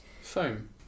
foam